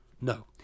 No